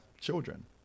children